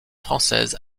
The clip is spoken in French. française